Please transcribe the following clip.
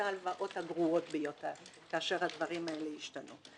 ההלוואות הגרועות ביותר כאשר הדברים האלה ישתנו.